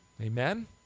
Amen